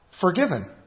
forgiven